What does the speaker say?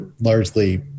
largely